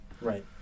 Right